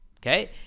okay